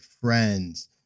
Friends